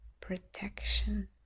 protection